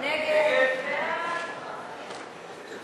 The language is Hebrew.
ההסתייגות